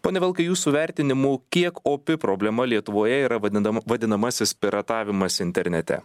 pone vilkai jūsų vertinimu kiek opi problema lietuvoje yra vadidam vadinamasis piratavimas internete